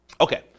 Okay